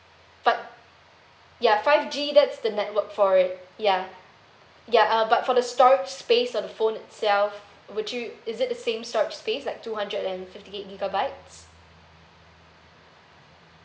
but ya five G that's the network for it ya ya uh but for the storage space of the phone itself would you is it the same storage space like two hundred and fifty eight gigabytes